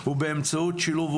אז בבקשה אדוני, יש לך שלוש דקות.